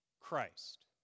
Christ